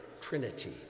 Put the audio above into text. Trinity